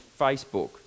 Facebook